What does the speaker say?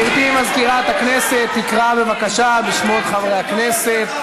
גברתי מזכירת הכנסת תקרא בבקשה בשמות חברי הכנסת.